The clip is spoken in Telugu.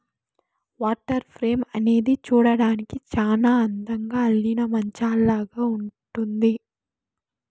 వాటర్ ఫ్రేమ్ అనేది చూడ్డానికి చానా అందంగా అల్లిన మంచాలాగా ఉంటుంది